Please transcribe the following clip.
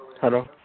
Hello